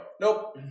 nope